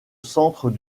centre